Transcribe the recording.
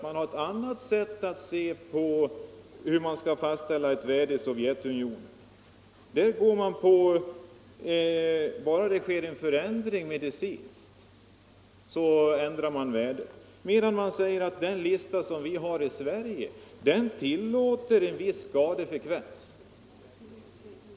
Han säger att man i Sovjetunionen har ett annat sätt att se på hur ett värde skall fastställas. Där ändrar man värdet bara det sker en medicinsk förändring. Den lista som vi har i Sverige tillåter däremot en viss skadefrekvens.